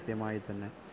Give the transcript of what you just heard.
കൃത്യമായിത്തന്നെ